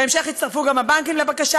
בהמשך הצטרפו גם הבנקים לבקשה,